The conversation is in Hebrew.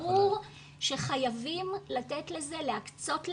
ברור שחייבים לתת לזה, להקצות לזה,